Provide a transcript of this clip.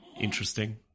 interesting